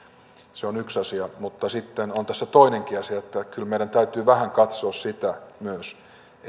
se on yksi asia mutta sitten on tässä toinenkin asia että kyllä meidän täytyy vähän katsoa sitä myös